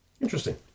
Interesting